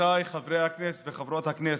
עמיתיי חברי הכנסת וחברות הכנסת,